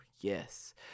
yes